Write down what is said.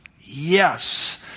Yes